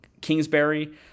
Kingsbury